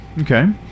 Okay